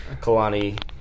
Kalani